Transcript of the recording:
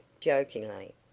jokingly